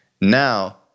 Now